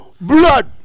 blood